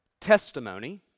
testimony